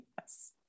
yes